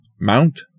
Mount